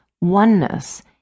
oneness